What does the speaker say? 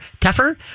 tougher